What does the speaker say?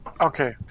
Okay